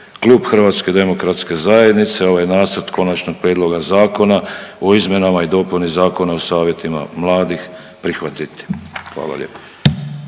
većim gradovima. Stoga će HDZ-a ovaj nacrt Konačnog prijedloga zakona o izmjenama i dopunama Zakona o savjetima mladih prihvatiti. Hvala lijepo.